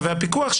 -- והפיקוח,